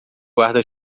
guarda